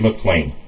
McLean